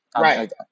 Right